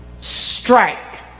Strike